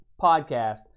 podcast